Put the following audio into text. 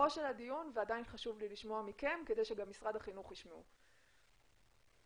לי לשמוע מכם בקצרה וגם שמשרד החינוך ישמע על המיזם.